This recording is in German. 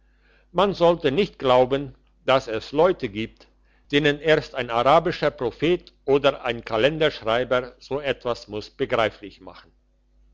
man sollte nicht glauben dass es leute gibt denen erst ein arabischer prophet oder ein kalenderschreiber so etwas muss begreiflich machen